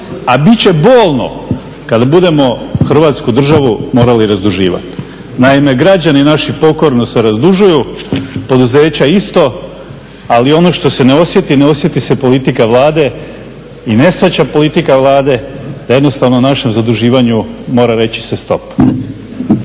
a bit će bolno kada budemo Hrvatsku državu morali razduživati. Naime, građani naši pokorno se razdužuju, poduzeća isto ali ono što se ne osjeti, ne osjeti se politika Vlade i ne shvaća politika Vlade da jednostavno našem zaduživanju mora se reći stop.